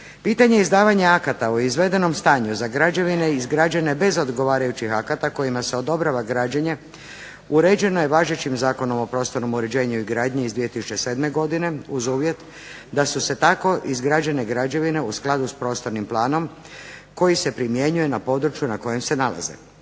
Pitanje izdavanja akta u izvedenom stanju za građevine izgrađene bez odgovarajućih akata kojima se odobrava građenje uređeno je važećim Zakonom o prostornom uređenju i gradnji iz 2007. godine uz uvjet da su se tako izgrađene građevine u skladu sa prostornim planom koji se primjenjuje na području na kojem se nalaze.